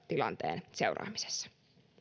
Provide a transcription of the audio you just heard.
tilanteen seuraamisessa